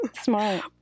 Smart